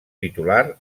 titular